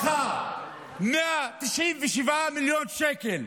הרווחה 197 מיליון שקל.